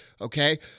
okay